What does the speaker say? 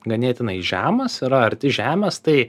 ganėtinai žemas yra arti žemės tai